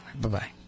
Bye-bye